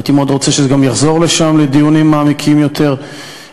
הייתי מאוד רוצה שזה גם יחזור לשם לדיונים מעמיקים יותר,